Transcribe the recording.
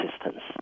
assistance